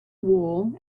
wool